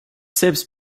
selbst